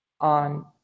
on